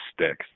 sticks